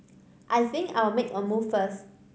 I think I'll make a move first